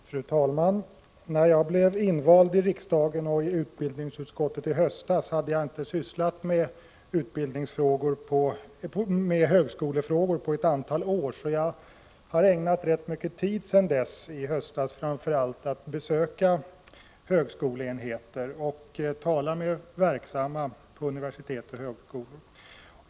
Fru talman! När jag i höstas blev invald i riksdagen och i utbildningsutskottet hade jag inte sysslat med högskolefrågor på ett antal år. Jag har därför sedan dess ägnat rätt mycket tid åt att besöka högskoleenheter och talat med personer som är verksamma inom universitet och högskolor.